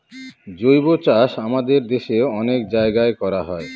জৈবচাষ আমাদের দেশে অনেক জায়গায় করা হয়